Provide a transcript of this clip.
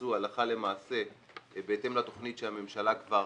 שיתבצעו הלכה למעשה בהתאם לתכנית שהממשלה כבר